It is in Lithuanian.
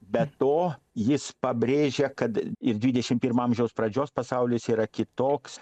be to jis pabrėžia kad ir dvidešim pirmo amžiaus pradžios pasaulis yra kitoks